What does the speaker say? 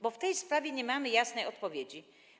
Bo w tej sprawie nie mamy jasnej odpowiedzi.